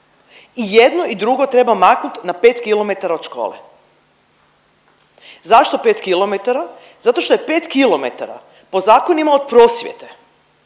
I jedno i drugo treba maknuti na 5 kilometara od škole. Zašto 5 kilometara? Zato što je 5 kilometara po zakonima od prosvjete